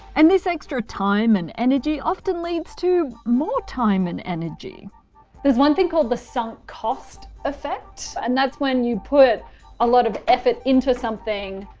and this extra time and energy often leads to more time and energy there's one thing called the sunk cost effect and that's when you put a lot of effort into something,